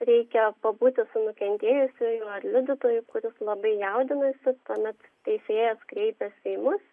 reikia pabūti su nukentėjusiuoju ar liudytoju kuris labai jaudinasi tuomet teisėjas kreipiasi į mus